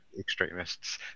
extremists